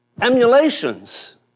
Emulations